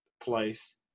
place